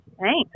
Thanks